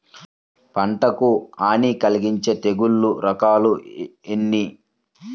పంటకు హాని కలిగించే తెగుళ్ల రకాలు ఎన్ని?